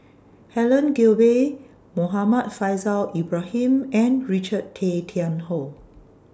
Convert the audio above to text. Helen Gilbey Muhammad Faishal Ibrahim and Richard Tay Tian Hoe